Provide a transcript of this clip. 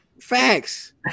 facts